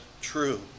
true